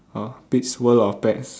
!huh! pete's world of pets